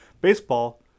Baseball